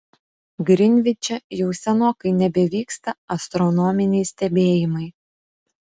grinviče jau senokai nebevyksta astronominiai stebėjimai